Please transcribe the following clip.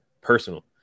personal